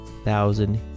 thousand